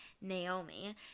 Naomi